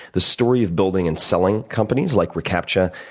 the story of building and selling companies like recaptcha,